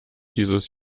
dieses